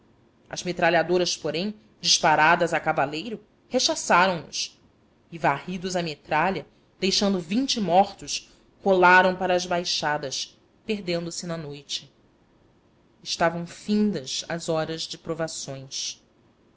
as metralhadoras porém disparadas a cavaleiro rechaçaram nos e varridos a metralha deixando vinte mortos rolaram para as baixadas perdendo se na noite estavam findas as horas de provações